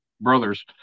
brothers